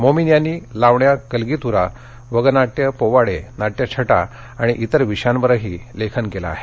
मोमिन यांनी लावण्या कलगीतुरा वगनाट्य पोवाडे नाट्यछटा आणि इतर विषयावरही लेखन केलं आहे